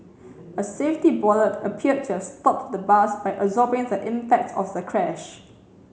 a safety bollard appeared to have stopped the bus by absorbing the impact of the crash